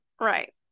Right